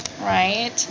right